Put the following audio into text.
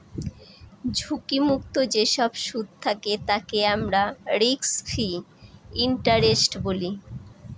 ঝুঁকি মুক্ত যেসব সুদ থাকে তাকে আমরা রিস্ক ফ্রি ইন্টারেস্ট বলি